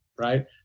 Right